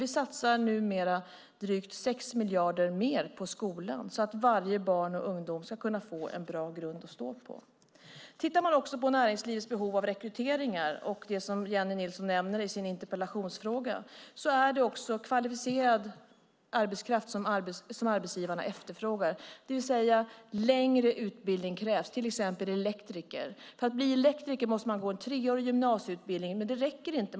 Vi satser numera drygt 6 miljarder mer på skolan så att varje barn och ungdom ska kunna få en bra grund att stå på. Tittar man på näringslivets behov av rekryteringar och det som Jennie Nilsson nämner i sin interpellation ser man också att det är kvalificerad arbetskraft som arbetsgivarna efterfrågar, det vill säga att längre utbildning krävs, till exempel elektriker. För att bli elektriker måste man gå en treårig gymnasieutbildning, men det räcker inte.